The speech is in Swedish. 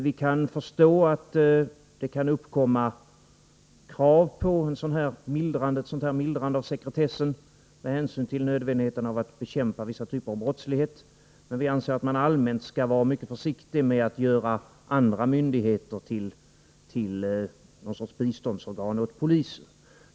Vi kan förstå att det kan uppkomma krav på ett sådant mildrande av sekretessen med hänsyn till nödvändigheten att bekämpa vissa typer av brottslighet, men vi anser att man allmänt skall vara mycket försiktig med att göra andra myndigheter till något slags biståndsorgan åt polisen.